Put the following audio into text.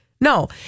No